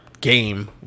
game